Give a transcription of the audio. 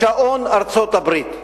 שעון ארצות-הברית.